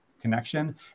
connection